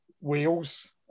Wales